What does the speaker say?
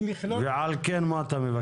למכלול --- ועל כן מה אתה מבקש?